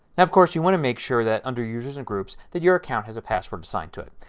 of course you want to make sure that under users and groups that your account has a password assigned to it.